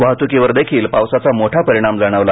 वाहतुकीवरदेखील पावसाचा मोठा परिणाम जाणवला